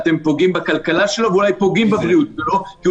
כי אתם פוגעים בכלכלה שלו וגם בבריאות שלו בכך